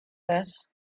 this